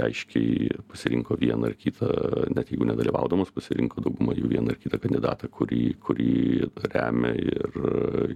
aiškiai pasirinko vieną ar kitą net jeigu nedalyvaudamos pasirinko dauguma jų vieną ar kitą kandidatą kurį kurį remia ir